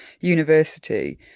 university